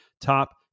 top